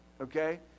Okay